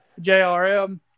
JRM